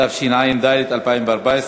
התשע"ד 2014,